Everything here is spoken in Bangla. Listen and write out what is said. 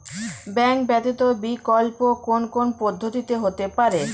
ব্যাংক ব্যতীত বিকল্প কোন কোন পদ্ধতিতে হতে পারে?